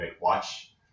watch